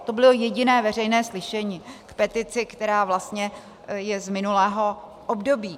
To bylo jediné veřejné slyšení k petici, která vlastně je z minulého období.